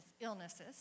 illnesses